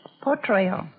Portrayal